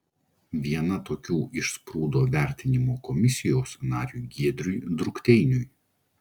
viena tokių išsprūdo vertinimo komisijos nariui giedriui drukteiniui